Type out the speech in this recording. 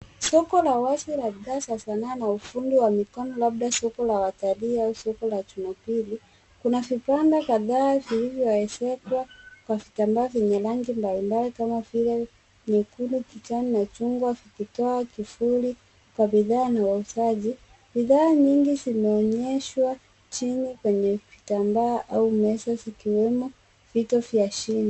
Soko la wazi la bidhaa za sanaa na ufundi wa mikono, labda soko la watalii au soko la Jumapili. Kuna vibanda kadhaa vilivyoezekwa kwa vitambaa vyenye rangi mbali mbali kama vile: nyekundu, kijani na chungwa vikitoa kivuli kwa bidhaa na wauzaji. Bidhaa nyingi zimeonyeshwa chini kwenye vitambaa au meza zikiwemo vitu vya shingo